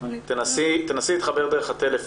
אחד, בדיוק עכשיו נסקרו הנתונים לגבי